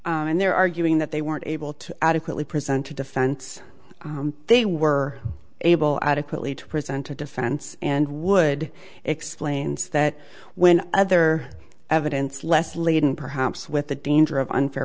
and they're arguing that they weren't able to adequately present a defense they were able adequately to present a defense and would explains that when other evidence less laden perhaps with the danger of unfair